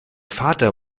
vater